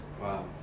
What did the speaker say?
Wow